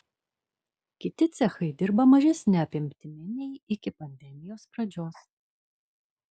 kiti cechai dirba mažesne apimtimi nei iki pandemijos pradžios